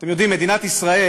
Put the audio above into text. אתם יודעים, מדינת ישראל